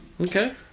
Okay